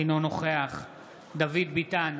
אינו נוכח דוד ביטן,